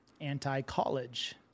anti-college